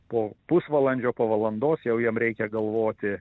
po pusvalandžio po valandos jau jam reikia galvoti